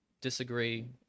disagree